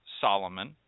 Solomon